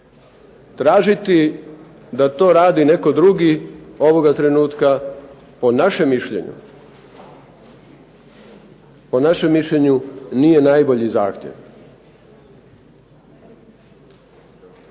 Tražiti da to radi netko drugi ovoga trenutka po našem mišljenju nije najbolji zahtjev.